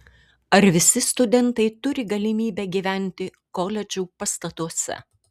ar visi studentai turi galimybę gyventi koledžų pastatuose